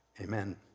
Amen